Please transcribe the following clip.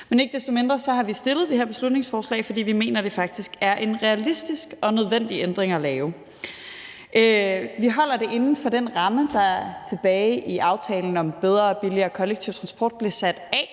Men ikke desto mindre har vi fremsat det her beslutningsforslag, fordi vi mener, at det faktisk er en realistisk og nødvendig ændring at lave. Vi holder det inden for den ramme, der tilbage i aftalen om bedre og billigere kollektiv transport blev sat af